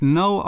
no